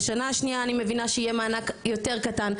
בשנה השנייה אני מבינה שיהיה מענק יותר קטן,